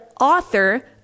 author